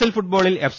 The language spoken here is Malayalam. എൽ ഫുട്ബോളിൽ എഫ്